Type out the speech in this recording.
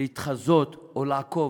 להתחזות או לעקוב.